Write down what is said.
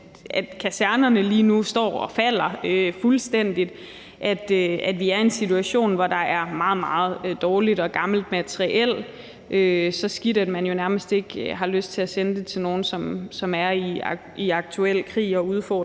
at kasernerne lige nu står og falder fuldstændig sammen, og at vi er i en situation, hvor der er meget, meget dårligt og gammelt materiel. Det er så skidt, at man jo nærmest ikke har lyst til at sende det til nogen, som aktuelt er i krig.